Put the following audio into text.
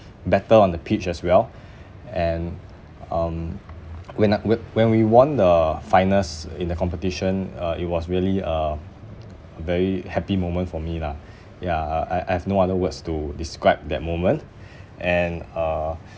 better on the pitch as well and um when uh whe~ when we won the finals in the competition uh it was really a a very happy moment for me lah ya I I I've no other words to describe that moment and uh